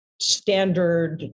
standard